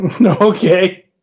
Okay